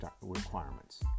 requirements